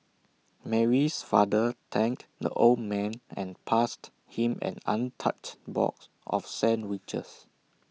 Mary's father thanked the old man and passed him an untouched box of sandwiches